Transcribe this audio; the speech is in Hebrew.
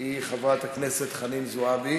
היא חברת הכנסת חנין זועבי,